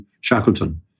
Shackleton